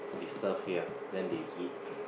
we serve here then they eat